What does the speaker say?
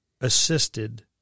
assisted